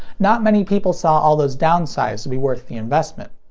not many people saw all those downsides to be worth the investment.